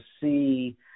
see